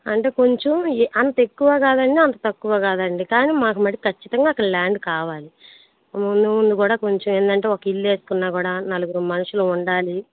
అంటే కొంచెం అంత ఎక్కువ కాదండి అంత తక్కువ కాదండి కానీ మాకు మటుకు ఖచ్చితంగా అక్కడ ల్యాండ్ కావాలి ముందు ముందు కూడా కొంచెం ఏమిటి అంటే ఒక ఇల్లు వేసుకున్నా కూడా నలుగురు మనుషులు ఉండాలి